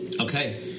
Okay